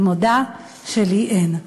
אני מודה שלי אין.